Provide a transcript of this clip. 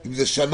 אם זה שנה,